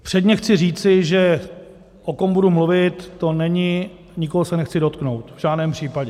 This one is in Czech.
Předně chci říci, že o kom budu mluvit, nikoho se nechci dotknout, v žádném případě.